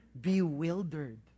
bewildered